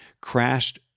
crashed